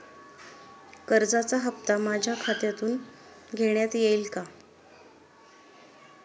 कर्जाचा हप्ता माझ्या खात्यातून घेण्यात येईल का?